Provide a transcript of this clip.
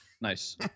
Nice